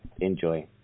Enjoy